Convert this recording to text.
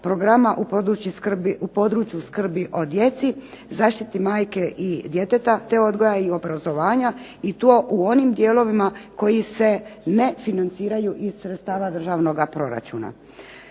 programa u području skrbi o djeci, zaštiti majke i djeteta te odgoja i obrazovanja i to u onim dijelovima koji se ne financiraju iz sredstava državnog proračuna.